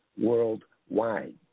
worldwide